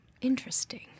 interesting